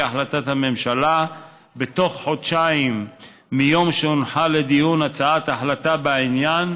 החלטת הממשלה בתוך חודשיים מיום שהונחה לדיון הצעת ההחלטה בעניין,